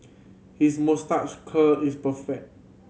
his moustache curl is perfect